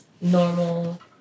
normal